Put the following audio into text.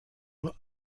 nur